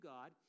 God